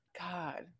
God